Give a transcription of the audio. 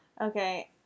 Okay